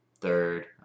third